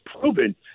proven